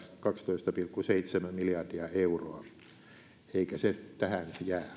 kaksitoista pilkku seitsemän miljardia euroa eikä se tähän